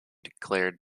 declared